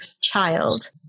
child